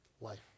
life